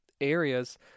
areas